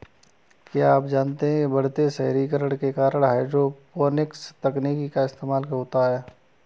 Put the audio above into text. क्या आप जानते है बढ़ते शहरीकरण के कारण हाइड्रोपोनिक्स तकनीक का इस्तेमाल होता है?